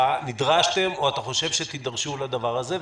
לשיטתך נדרשתם או אתה חושב שתדרשו לדבר הזה,